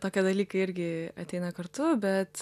tokie dalykai irgi ateina kartu bet